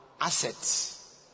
assets